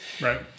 Right